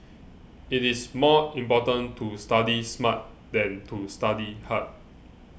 it is more important to study smart than to study hard